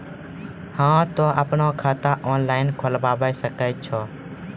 हाँ तोय आपनो खाता ऑनलाइन खोलावे सकै छौ?